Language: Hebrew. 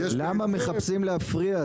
למה מחפשים להפריע?